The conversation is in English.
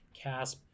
CASP